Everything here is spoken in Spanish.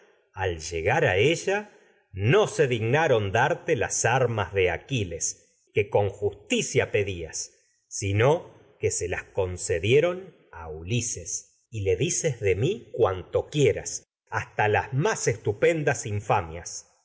al llegar a que ella no se dignaron justicia y de aquiles con pedías sino que se las concedieron a ulises le dices de mí cuanto ellas quieras hasta las másestupendas infamias